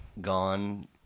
gone